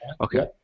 Okay